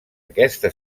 aquesta